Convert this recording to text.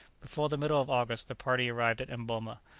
before the middle of august the party arrived at emboma,